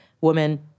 Woman